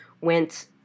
went